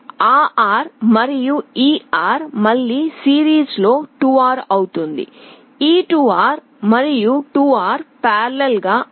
ఆ R మరియు ఈ R మళ్ళీ సిరీస్లో 2R అవుతుంది ఈ 2R మరియు 2R సమాంతరం గా R